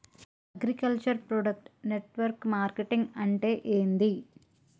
Agriculture product network marketing అంటే ఏంది?